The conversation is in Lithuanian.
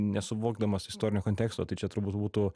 nesuvokdamas istorinio konteksto tai čia turbūt būtų